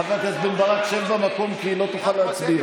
חבר הכנסת בן ברק, שב במקום, כי לא תוכל להצביע.